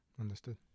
understood